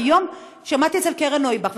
והיום שמעתי אצל קרן נויבך,